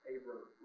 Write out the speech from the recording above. Abram